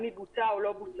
אם היא בוצעה או לא בוצעה.